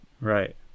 Right